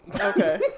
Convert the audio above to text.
Okay